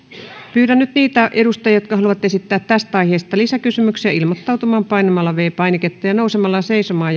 pyydän nyt niitä edustajia jotka haluavat esittää tästä aiheesta lisäkysymyksiä ilmoittautumaan painamalla viides painiketta ja nousemalla seisomaan